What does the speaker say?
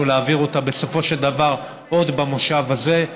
להעביר אותה בסופו של דבר עוד במושב הזה.